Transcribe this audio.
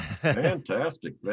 Fantastic